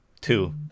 Two